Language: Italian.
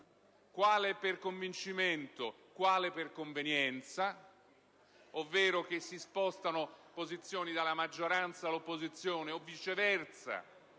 voti, per convincimento o piuttosto per convenienza, ovvero che si spostano posizioni dalla maggioranza all'opposizione, o viceversa,